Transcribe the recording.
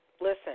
Listen